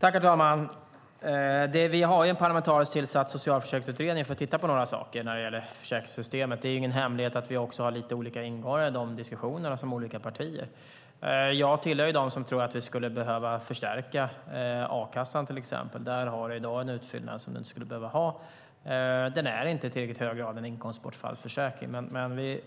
Herr talman! Vi har en parlamentariskt tillsatt socialförsäkringsutredning för att titta på en del saker i försäkringssystemet. Det är ingen hemlighet att vi har lite olika ingångar i de diskussioner som vi har i olika partier. Jag tillhör dem som tror att vi skulle behöva förstärka till exempel a-kassan. Där har vi i dag en utfyllnad som vi inte skulle behöva ha. Den är inte i en tillräckligt hög grad en inkomstbortfallsförsäkring.